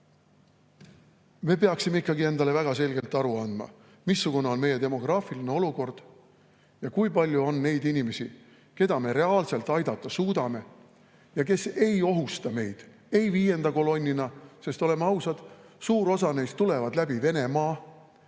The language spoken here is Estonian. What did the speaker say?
Me peaksime ikkagi endale väga selgelt aru andma, missugune on meie demograafiline olukord ja kui palju on neid inimesi, keda me reaalselt aidata suudame ja kes ei ohusta meid viienda kolonnina, sest olgem ausad, suur osa neist tuleb läbi Venemaa,